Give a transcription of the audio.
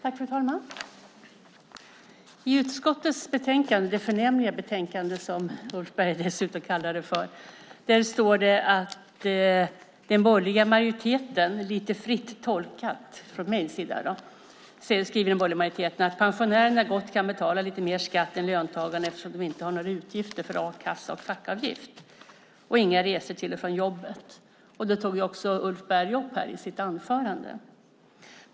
Fru talman! I utskottets betänkande, det förnämliga betänkande som Ulf Berg kallade det för, skriver den borgerliga majoriteten - lite fritt tolkat av mig - att pensionärerna gott kan betala lite mer skatt än löntagarna eftersom de inte har några utgifter för a-kassa och fackavgift och inga resor till och från jobbet. Det tog också Ulf Berg upp i sitt anförande.